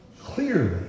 clearly